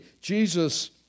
Jesus